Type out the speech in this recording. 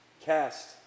Cast